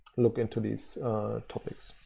look into these topics.